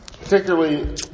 Particularly